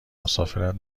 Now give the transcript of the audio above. مسافرت